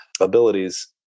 abilities